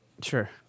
Sure